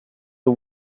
the